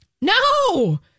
No